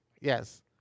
Yes